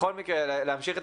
בכל מקרה להמשיך את